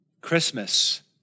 Christmas